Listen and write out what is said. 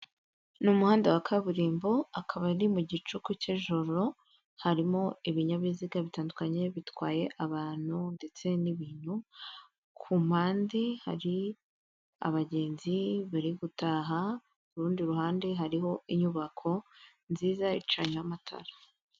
Ni umuhanda wa kaburimbo akaba ari mu gicuku k'ijoro, harimo ibinyabiziga bitandukanye bitwaye abantu ndetse n'ibintu, ku mpande hari abagenzi bari gutaha, ku rundi ruhande hariho inyubako nziza icanyeho amatara.